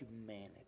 humanity